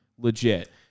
Legit